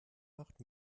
macht